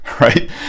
Right